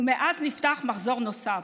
ומאז נפתח מחזור נוסף,